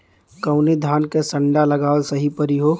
कवने धान क संन्डा लगावल सही परी हो?